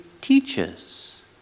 teaches